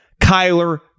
Kyler